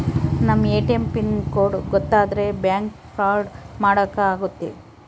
ನಮ್ ATM pin code ಗೊತ್ತಾದ್ರೆ bank fraud ಮಾಡಾಕ ಆಗುತ್ತೆ